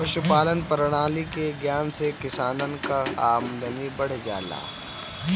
पशुपालान प्रणाली के ज्ञान से किसानन कअ आमदनी बढ़ जाला